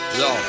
yo